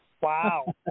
Wow